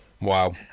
Wow